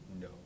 No